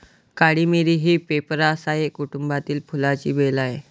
काळी मिरी ही पिपेरासाए कुटुंबातील फुलांची वेल आहे